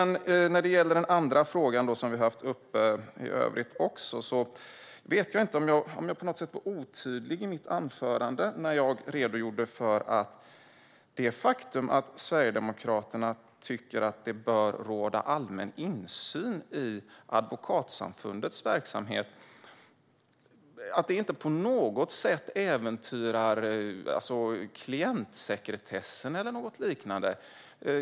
När det gäller den andra fråga vi har haft uppe vet jag inte om jag var otydlig i mitt anförande när jag redogjorde för att det faktum att Sverigedemokraterna tycker att det bör råda allmän insyn i Advokatsamfundets verksamhet inte på något sätt äventyrar klientsekretessen eller något liknande.